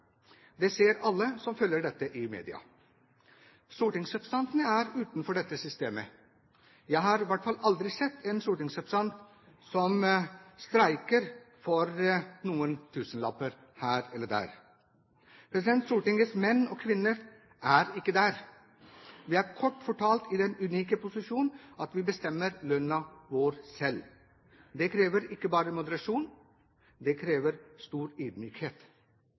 Det ser alle som følger dette i media. Stortingsrepresentantene er utenfor dette systemet. Jeg har i hvert fall aldri sett en stortingsrepresentant som streiker for noen tusenlapper her eller der. Stortingets menn og kvinner er ikke der. Vi er kort fortalt i den unike posisjon at vi bestemmer lønna vår selv. Det krever ikke bare moderasjon, det krever stor